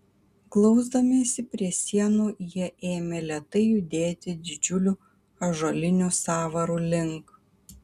glausdamiesi prie sienų jie ėmė lėtai judėti didžiulių ąžuolinių sąvarų link